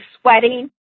sweating